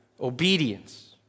obedience